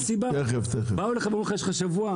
באו ואמרו שיש שבוע.